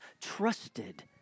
trusted